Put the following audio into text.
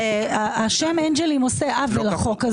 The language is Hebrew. השם אנג'לים עושה עוול לחוק הזה.